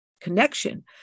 connection